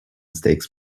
stakes